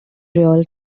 real